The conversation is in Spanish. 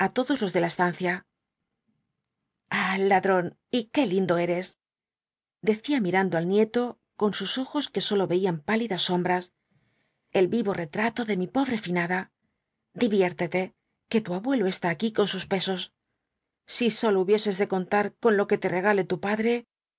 todos los de la estancia ah ladrón y qué lindo eres decía mirando al nieto con sus ojos que sólo veían pálidas sombras el vivo retrato de mi pobre finada diviértete que tu abuelo está aquí con sus pesos si sólo hubieses de contar con lo que te regale tu padre